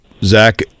Zach